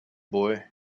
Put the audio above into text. boy